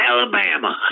Alabama